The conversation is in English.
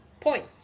point